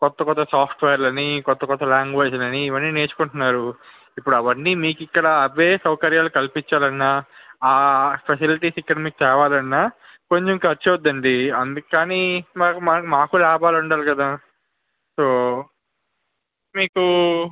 క్రొత్త క్రొత్త సాఫ్ట్వేర్లని క్రొత్త క్రొత్త లాంగ్వేజ్లని ఇవన్నీ నేర్చుకుంటున్నారు ఇప్పుడు అవన్నీ మీకు ఇక్కడ అవే సౌకర్యాలు కల్పించాలన్నా ఆ ఫెసిలిటీస్ ఇక్కడ మీకు తేవాలన్నా కొంచెం ఖర్చు అవుతుందండి అందుకని మాకు మాకు మాకూ లాభాలు ఉండాలి కదా సో మీకు